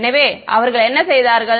எனவே அவர்கள் என்ன செய்தார்கள்